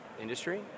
industry